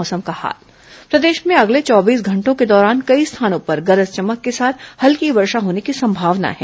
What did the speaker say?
मौसम प्रदेश में अगले चौबीस घंटों के दौरान कई स्थानों पर गरज चमक के साथ हल्की वर्षा होने की संभावना है